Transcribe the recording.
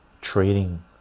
trading